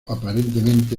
aparentemente